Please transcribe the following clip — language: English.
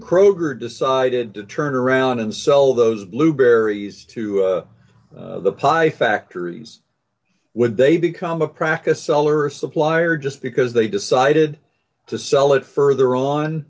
kroger decided to turn around and sell those blueberries to the pie factories would they become a practice seller or a supplier just because they decided to sell it further on